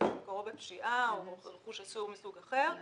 שמקורו בפשיעה או רכוש אסור מסוג אחר.